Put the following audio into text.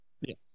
Yes